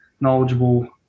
knowledgeable